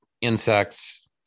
insects